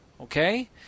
Okay